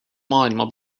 maailma